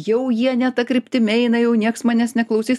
jau jie ne ta kryptim eina jau nieks manęs neklausys